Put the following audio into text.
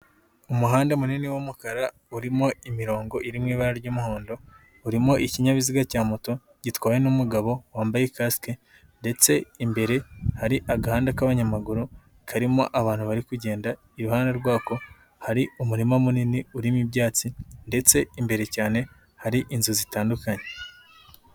Umuhanda munini w'umukara urimo imirongo iri mu ibara ry'umuhondo urimo ikinyabiziga cya moto gitwawe n'umugabo wambaye kasike ndetse imbere hari agahanda k'abanyamaguru karimo abantu bari kugenda, iruhande rwako hari umurima munini urimo ibyatsi ndetse imbere cyane hari inzu zitandukanye.